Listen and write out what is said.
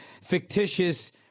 fictitious